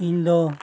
ᱤᱧᱫᱚ